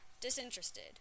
disinterested